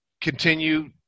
continue